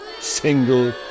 single